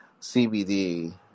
CBD